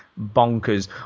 bonkers